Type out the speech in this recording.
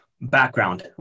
background